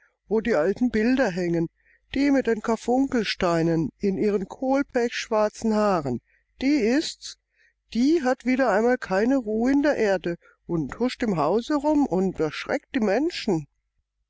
wo die alten bilder hängen die mit den karfunkelsteinen in ihren kohlpechschwarzen haaren die ist's die hat wieder einmal keine ruh in der erde und huscht im hause rum und erschreckt die menschen